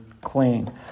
clean